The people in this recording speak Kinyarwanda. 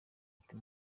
ati